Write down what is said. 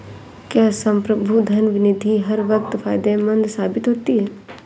क्या संप्रभु धन निधि हर वक्त फायदेमंद साबित होती है?